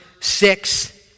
six